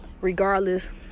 regardless